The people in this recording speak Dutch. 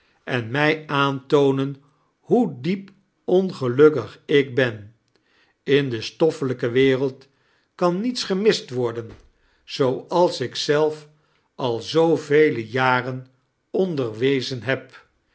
en mij aantoonen hoe diep ongelukkig ik ben in de stoffelijke wereld kan niets gemist worden zooals ik zelf al zooveel jaren onderwezen heb